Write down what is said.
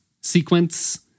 sequence